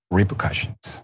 repercussions